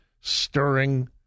stirring